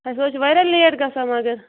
سُہ حظ چھِ واریاہ لیٹ گژھان مگر